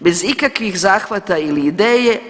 Bez ikakvih zahvata ili ideje.